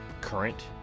current